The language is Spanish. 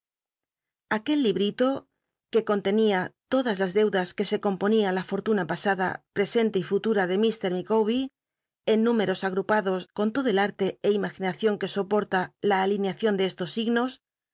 librito que eonlenia todas las deudas de que se componía la fortuna pasadas y futura de mr jlicawber en números agrupados con c é imaginacion que soporta la alineación de estos signos